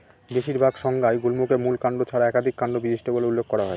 বেশিরভাগ সংজ্ঞায় গুল্মকে মূল কাণ্ড ছাড়া একাধিক কাণ্ড বিশিষ্ট বলে উল্লেখ করা হয়